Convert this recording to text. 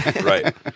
right